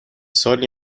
سالی